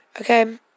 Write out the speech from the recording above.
Okay